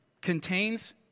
contains